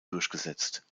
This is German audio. durchgesetzt